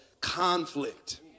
conflict